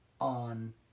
on